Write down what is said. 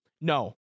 No